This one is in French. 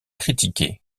critiqué